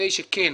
אני